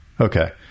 Okay